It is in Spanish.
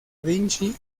vinci